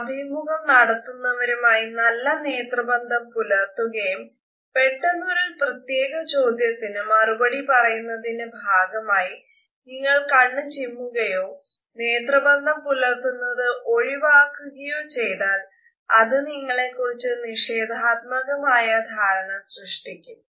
അഭിമുഖം നടത്തുന്നവരുമായി നല്ല നേത്രബന്ധം പുലർത്തുകയും പെട്ടെന്ന് ഒരു പ്രത്യേക ചോദ്യത്തിന് മറുപടി പറയുന്നതിന്റെ ഭാഗമായി നിങ്ങൾ കണ്ണ് ചിമ്മുകയോ നേത്രബന്ധം പുലർത്തുന്നത് ഒഴിവാക്കുകയോ ചെയ്താൽ അത് നിങ്ങളെക്കുറിച്ച് നിഷേധാത്മകമായ ധാരണ സൃഷ്ടിക്കും